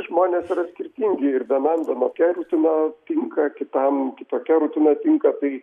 žmonės yra skirtingi ir vienam vienokia rutina tinka kitam kitokia rutina tinka tai